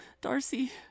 Darcy